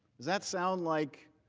that sound like